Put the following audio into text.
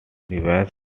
revised